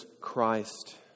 Christ